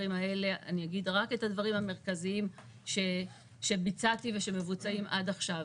אגיד רק את הדברים המרכזיים שביצעתי ושמבוצעים עד עכשיו.